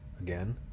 again